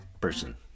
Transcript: person